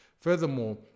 Furthermore